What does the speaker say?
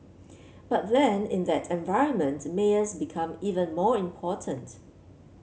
but then in that environment mayors become even more important